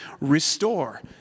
restore